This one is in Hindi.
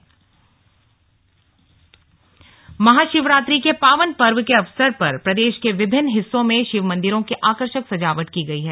महाशिवरात्रि महाशिवरात्रि के पावन पर्व के अवसर पर प्रदेश के विभिन्न हिस्सों में शिव मंदिरों की आर्कषक सजावट की गई है